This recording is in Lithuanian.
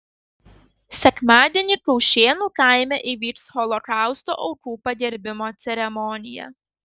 sekmadienį kaušėnų kaime įvyks holokausto aukų pagerbimo ceremonija